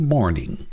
Morning